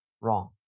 Wrong